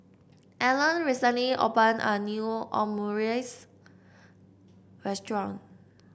Allen recently opened a new Omurice restaurant